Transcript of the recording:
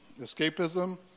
escapism